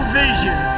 vision